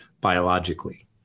biologically